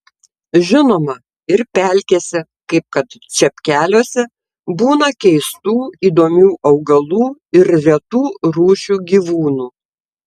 žinoma ir pelkėse kaip kad čepkeliuose būna keistų įdomių augalų ir retų rūšių gyvūnų